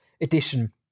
edition